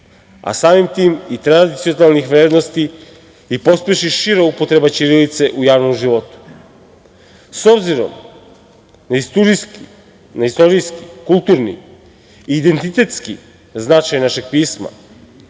a samim tim i tradicionalnih vrednosti i pospeši šira upotreba ćirilice u javnom životu. Obzirom na istorijski, kulturni, identitetski značaj našeg pisma,